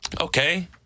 Okay